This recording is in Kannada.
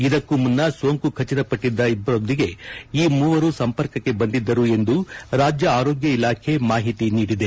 ಇದಕ್ಕೂ ಮುನ್ನ ಸೋಂಕು ಖಚಿತಪಟ್ಟದ್ದ ಇಬ್ಬರೊಂದಿಗೆ ಈ ಮೂವರು ಸಂಪರ್ಕಕ್ಕೆ ಬಂದಿದ್ದರು ಎಂದು ರಾಜ್ಯ ಆರೋಗ್ಯ ಇಲಾಖೆ ಮಾಹಿತಿ ನೀಡಿದೆ